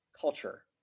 culture